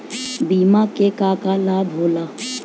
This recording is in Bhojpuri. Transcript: बिमा के का का लाभ होला?